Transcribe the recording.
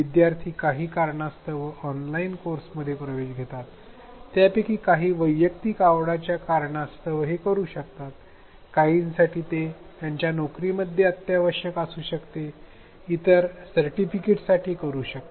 विद्यार्थी विविध कारणांमुळे ऑनलाइन कोर्समध्ये प्रवेश घेतात त्यापैकी काही वैयक्तिक आवडीच्या कारणास्तव हे करू शकतात काहींसाठी ते त्यांच्या नोकरीमध्ये आवश्यक असू शकते इतर सर्टिफिकेट साठी करू शकतात